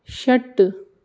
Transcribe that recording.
षट्